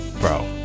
bro